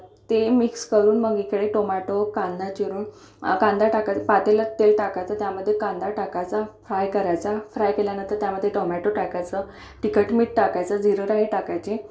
ते मिक्स करून मग इकडे टोमॅटो कांदा चिरून कांदा टाका पातेल्यात तेल टाकायचं त्यामध्ये कांदा टाकायचा फ्राय करायचा फ्राय केल्यानंतर त्यामध्ये टोमॅटो टाकायचं तिखट मीठ टाकायचं जिरंराई टाकायची